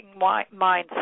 mindset